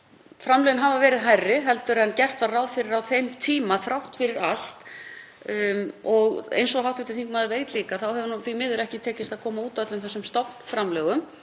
framlögin hafa verið hærri heldur en gert var ráð fyrir á þeim tíma þrátt fyrir allt. Eins og hv. þingmaður veit líka þá hefur því miður ekki tekist að koma út öllum þessum stofnframlögum